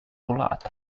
volat